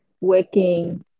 working